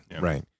right